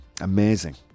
Amazing